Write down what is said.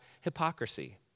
hypocrisy